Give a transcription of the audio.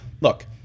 look